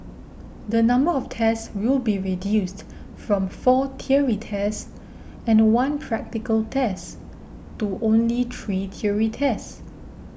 the number of tests will be reduced from four theory tests and one practical test to only three theory tests